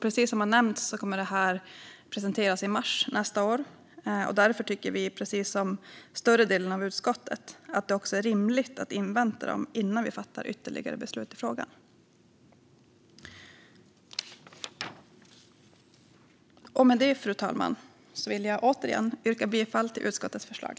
Precis som har nämnts här kommer detta att presenteras i mars nästa år, och därför tycker vi, liksom större delen av utskottet, att det är rimligt att invänta detta innan vi fattar ytterligare beslut i frågan. Med det, fru talman, vill jag återigen yrka bifall till utskottets förslag.